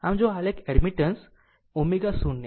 આમ જો આલેખ એડમિટન્સ એડમિટન્સ ω0